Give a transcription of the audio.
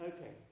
Okay